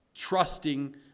trusting